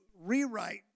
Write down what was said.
rewrite